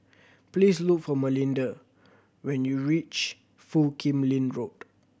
please look for Melinda when you reach Foo Kim Lin Road